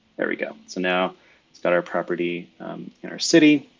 there we go. so now it's got our property in our city.